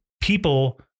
people